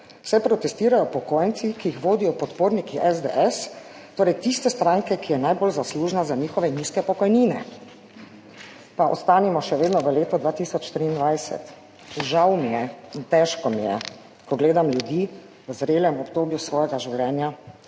saj protestirajo upokojenci, ki jih vodijo podporniki SDS, torej tiste stranke, ki je najbolj zaslužna za njihove nizke pokojnine. Pa ostanimo še vedno v letu 2023. Žal mi je in težko mi je, ko gledam ljudi v zrelem obdobju svojega življenja,